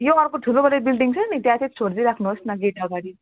यो अर्को ठुलो गरेर बिल्डिङ छ नि त्यहाँ चाहिँ छोडिदिइ राख्नु होस् न गेट अगाडि